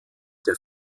der